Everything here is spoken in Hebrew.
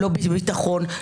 לא בביטחון,